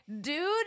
dude